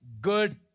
good